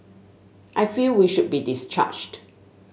I feel we should be discharged